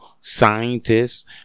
scientists